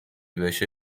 بشه